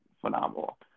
phenomenal